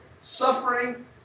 suffering